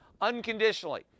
unconditionally